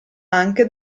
anche